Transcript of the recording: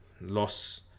loss